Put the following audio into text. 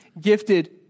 gifted